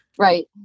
Right